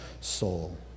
soul